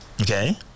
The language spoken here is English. Okay